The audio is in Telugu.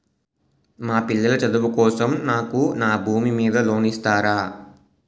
మా పిల్లల చదువు కోసం నాకు నా భూమి మీద లోన్ ఇస్తారా?